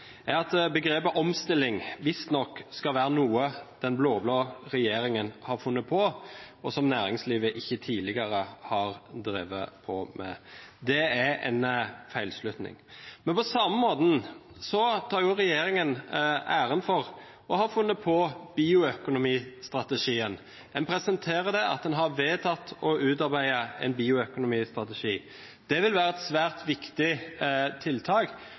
at begrepet «omstilling» visstnok skal være noe den blå-blå regjeringen har funnet på, og som næringslivet tidligere ikke har drevet med. Det er en feilslutning. På samme måte tar regjeringen æren for å ha funnet på bioøkonomistrategien. En presenterer det som om en har vedtatt å utarbeide en bioøkonomistrategi. Det vil være et svært viktig tiltak